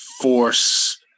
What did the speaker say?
force